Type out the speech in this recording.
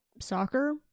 soccer